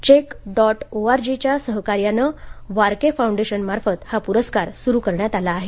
Chegg dot O R G च्या सहकार्याने Varkey foundation मार्फत हा प्रस्कार सुरू करण्यात आला आहे